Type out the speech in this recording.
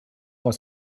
aus